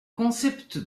concept